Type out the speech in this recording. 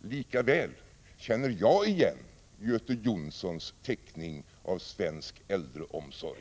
Likväl känner jag igen Göte Jonssons teckning av svensk äldreomsorg.